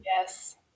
Yes